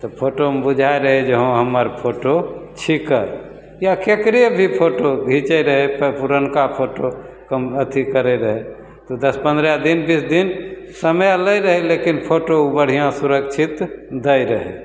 तऽ फोटोमे बुझाइ रहै जे हँ हमर फोटो छिकै या ककरो भी फोटो घिचै रहै तऽ पुरनका फोटो कम अथी करै रहै तऽ दस पनरह दिन बीस दिन समय लै रहै लेकिन फोटो ओ बढ़िआँ सुरक्षित दै रहै